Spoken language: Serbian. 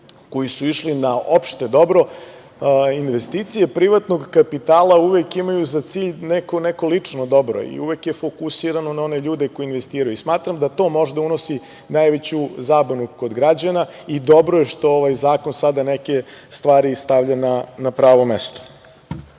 koji su išli na opšte dobro, investicije privatnog kapitala uvek imaju za cilj neko lično dobro i uvek je fokusirano na one ljudi koji investiraju. Smatram da to možda unosi najveću zabunu kod građana i dobro je što ovaj zakon sada neke stvari stavlja na pravo mesto. Treći